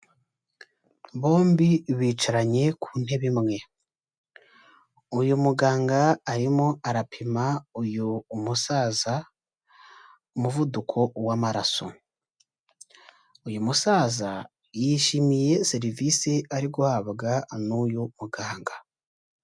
Bombi bicaranye ku ntebe imwe, uyu muganga arimo arapima uyu musaza umuvuduko w'amaraso, uyu musaza yishimiye serivisi ari guhabwa n'uyu muganga.